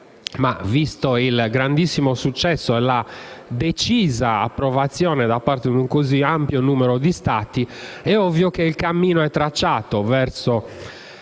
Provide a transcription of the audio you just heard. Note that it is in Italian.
ma visto il grandissimo successo e la decisa approvazione da parte di un così ampio numero di Stati, è ovvio che il cammino è tracciato verso